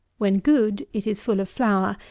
when good, it is full of flour,